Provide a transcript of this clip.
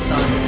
Son